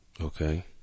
okay